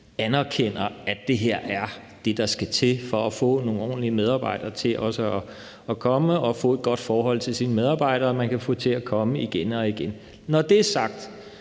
virkeligheden, at det her er det, der skal til for at få nogle ordentlige medarbejdere til at komme, og for at man kan få et godt forhold til sine medarbejdere og få dem til at komme igen og igen. Når det er sagt,